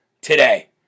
today